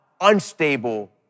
unstable